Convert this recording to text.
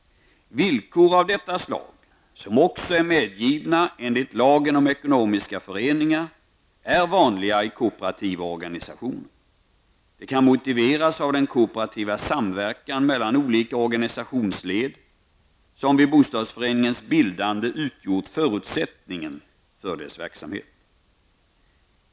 Villkor av detta slag, som också är medgivna enligt lagen om ekonomiska föreningar, är vanliga i kooperativa organisationer. Det kan motiveras av den kooperativa samverkan mellan olika organisationsled, som vid bostadsrättsföreningens bildande utgjort förutsättningen för dess verksamhet.